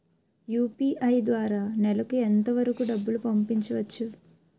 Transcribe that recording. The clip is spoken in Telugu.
యు.పి.ఐ ద్వారా నెలకు ఎంత వరకూ డబ్బులు పంపించవచ్చు?